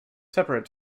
separate